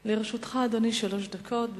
לרשותך, אדוני, שלוש דקות.